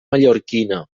mallorquina